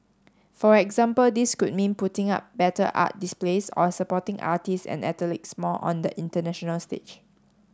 for example this could mean putting up better art displays or supporting artists and athletes more on the international stage